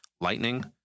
lightning